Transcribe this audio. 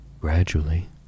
Gradually